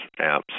apps